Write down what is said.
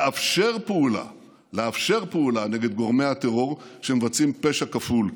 לאפשר פעולה נגד גורמי הטרור שמבצעים פשע כפול: